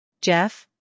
Jeff